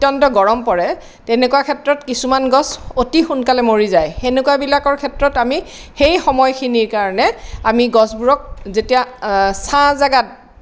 অত্যন্ত গৰম পৰে তেনেকুৱা ক্ষেত্ৰত কিছুমান গছ অতি সোনকালে মৰি যায় সেনেকুৱা বিলাকৰ ক্ষেত্ৰত আমি সেই সময়খিনিৰ কাৰণে আমি গছবোৰক যেতিয়া ছাঁ জেগাত